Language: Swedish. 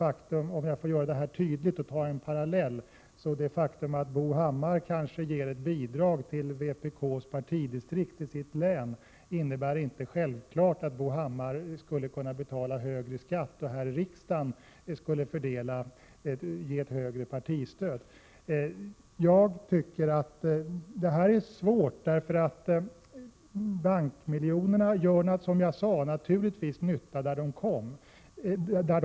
Låt mig göra detta tydligt och dra en parallell: Det faktum att Bo Hammar kanske ger ett bidrag till vpk:s partidistrikt i sitt län innebär inte att Bo Hammar självklart skulle kunna betala högre skatt och att sedan riksdagen skulle fördela ett högre partistöd. Detta är svårt. Bankmiljonerna gör naturligtvis nytta där de hamnar.